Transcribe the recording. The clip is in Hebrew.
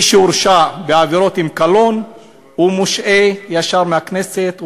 מי שהורשע בעבירות עם קלון ישר מושעה מהכנסת,